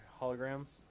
holograms